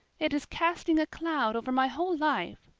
it is casting a cloud over my whole life.